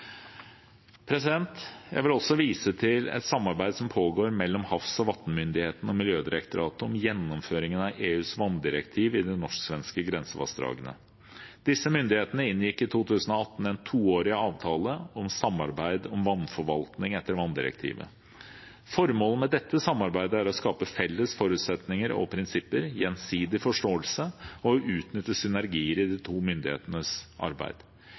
Jeg vil også vise til et samarbeid som pågår mellom Havs- og vattenmyndigheten og Miljødirektoratet om gjennomføringen av EUs vanndirektiv i de norsk-svenske grensevassdragene. Disse myndighetene inngikk i 2018 en toårig avtale om samarbeid om vannforvaltning etter vanndirektivet. Formålet med dette samarbeidet er å skape felles forutsetninger og prinsipper og gjensidig forståelse og å utnytte synergier i de to myndighetenes arbeid.